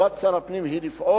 חובת שר הפנים היא לפעול,